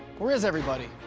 where is everybody?